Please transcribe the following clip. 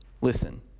listen